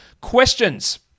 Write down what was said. Questions